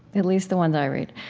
at least the ones i read.